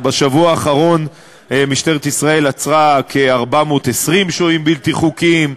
בשבוע האחרון עצרה משטרת ישראל כ-420 שוהים בלתי חוקיים,